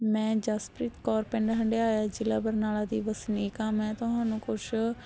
ਮੈਂ ਜਸਪ੍ਰੀਤ ਕੌਰ ਪਿੰਡ ਹੰਡਿਆਇਆ ਜ਼ਿਲ੍ਹਾ ਬਰਨਾਲਾ ਦੀ ਵਸਨੀਕ ਹਾਂ ਮੈਂ ਤੁਹਾਨੂੰ ਕੁਛ